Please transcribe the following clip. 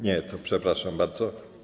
Nie, przepraszam bardzo.